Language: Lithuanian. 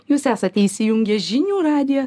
jūs esate įsijungę žinių radiją